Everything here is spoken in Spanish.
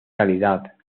calidad